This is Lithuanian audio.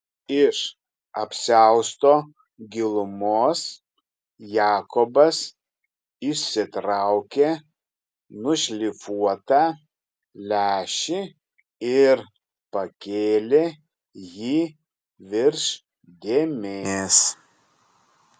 iš apsiausto gilumos jakobas išsitraukė nušlifuotą lęšį ir pakėlė jį virš dėmės